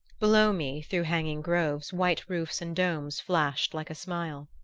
below me, through hanging groves, white roofs and domes flashed like a smile.